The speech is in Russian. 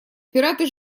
пираты